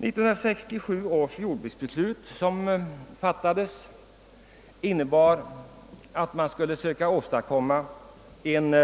Det jordbruksbeslut som fattades år 1967 innebar att man skulle söka åstadkomma en